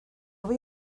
voy